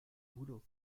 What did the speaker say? boulot